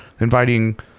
inviting